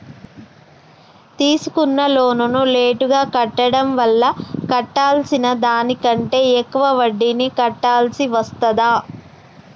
తీసుకున్న లోనును లేటుగా కట్టడం వల్ల కట్టాల్సిన దానికంటే ఎక్కువ వడ్డీని కట్టాల్సి వస్తదా?